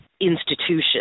institution